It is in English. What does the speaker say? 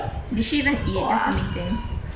did she even eat that's the main thing